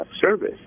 service